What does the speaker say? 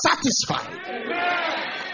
satisfied